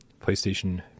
PlayStation